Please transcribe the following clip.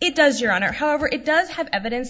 it does your honor however it does have evidence